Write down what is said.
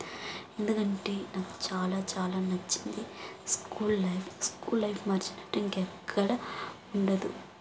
ఎందుకంటే నాకు చాలా చాలా నచ్చింది స్కూల్ లైఫ్ స్కూల్ లైఫ్ మార్చినట్టు ఇంకెక్కడ ఉండదు